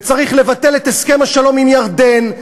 וצריך לבטל את הסכם השלום עם ירדן,